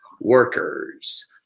workers